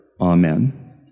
Amen